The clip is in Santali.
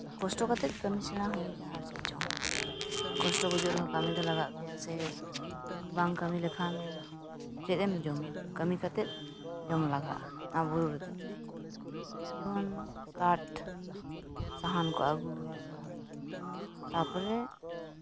ᱠᱚᱥᱴᱚ ᱠᱟᱛᱮᱫ ᱠᱟᱹᱢᱤ ᱥᱮᱬᱟ ᱦᱩᱭ ᱟᱠᱟᱱᱟ ᱟᱨ ᱪᱮᱫ ᱪᱚᱝ ᱠᱚᱥᱴᱚ ᱵᱩᱡᱩᱜ ᱨᱮᱦᱚᱸ ᱠᱟᱹᱢᱤ ᱫᱚ ᱞᱟᱜᱟᱜ ᱜᱮᱭᱟ ᱥᱮ ᱵᱟᱝ ᱠᱟᱹᱢᱤ ᱞᱮᱠᱷᱟᱱ ᱪᱮᱫ ᱮᱢ ᱡᱚᱢᱟ ᱠᱟᱹᱢᱤ ᱠᱟᱛᱮᱫ ᱡᱚᱢ ᱞᱟᱜᱟᱜᱼᱟ ᱟᱵᱩ ᱫᱚ ᱡᱮᱢᱚᱱ ᱠᱟᱴᱷ ᱥᱟᱦᱟᱱ ᱠᱚ ᱟᱹᱜᱩ ᱦᱩᱭᱩᱜᱼᱟ ᱛᱟᱨᱯᱚᱨᱮ